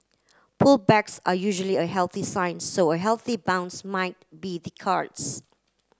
pullbacks are usually a healthy sign so a healthy bounce might be the cards